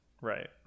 Right